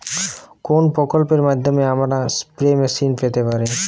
কোন প্রকল্পের মাধ্যমে আমরা স্প্রে মেশিন পেতে পারি?